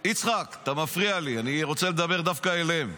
יצחק, אתה מפריע לי, אני רוצה לדבר דווקא אליהם.